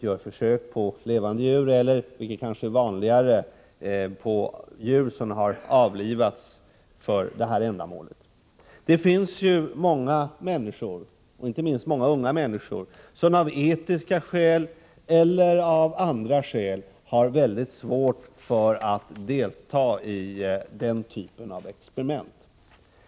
gör försök på levande djur eller — vilket kanske är vanligare — på djur som har avlivats. Det finns ju många människor, inte minst många unga människor, som av etiska eller andra skäl har mycket svårt för att delta i denna typ av experiment.